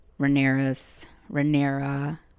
Rhaenyra